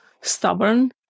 stubborn